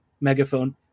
Megaphone